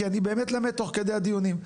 כי אני באמת למד תוך כדי הדיונים.